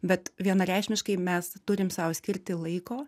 bet vienareikšmiškai mes turim sau skirti laiko